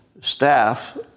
staff